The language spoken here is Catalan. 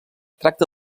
tracta